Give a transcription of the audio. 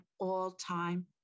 all-time